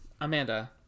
Amanda